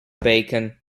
bacon